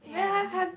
yeah